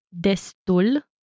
Destul